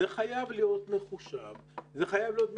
זה חייב להיות מחושב ומתוכנן.